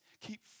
Keep